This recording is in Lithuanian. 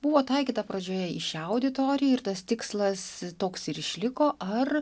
buvo taikyta pradžioje į šią auditoriją ir tas tikslas toks ir išliko ar